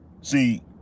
See